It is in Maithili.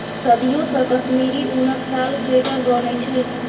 सदियों सँ कश्मीरी उनक साल, स्वेटर बनै छै